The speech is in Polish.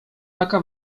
taka